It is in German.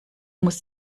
muss